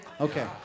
Okay